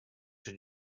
did